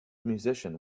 musician